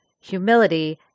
humility